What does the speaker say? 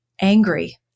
angry